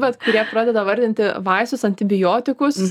vat kurie pradeda vardinti vaistus antibiotikus